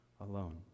alone